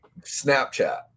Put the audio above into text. Snapchat